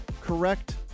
correct